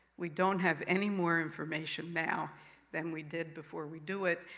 we don't have any more information now than we did before we do it,